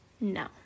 no